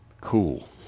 cool